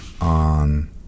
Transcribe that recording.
on